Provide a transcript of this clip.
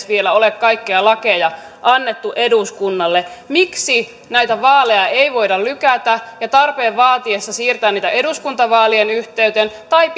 vielä ole edes kaikkia lakeja annettu eduskunnalle miksi näitä vaaleja ei voida lykätä ja tarpeen vaatiessa siirtää niitä eduskuntavaalien yhteyteen tai